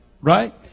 right